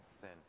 sin